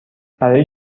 برای